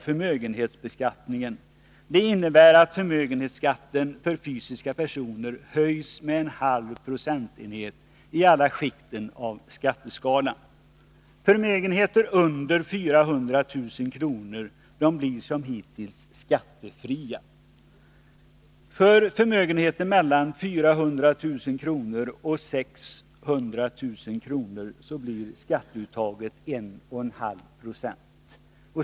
Förmögenheter under 400 000 kr. blir såsom hittills skattefria. För förmögenheter mellan 400 000 och 600 000 kr. blir skatteuttaget 1,5 96.